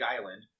island